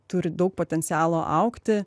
turi daug potencialo augti